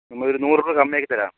നമ്മള് ഒരു നൂറുരൂപ കമ്മിയാക്കി തരാം